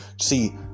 see